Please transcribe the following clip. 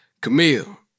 Camille